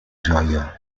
joia